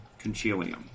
Concilium